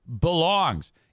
belongs